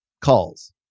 Calls